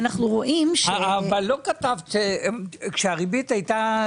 אבל כשהריבית הייתה נמוכה,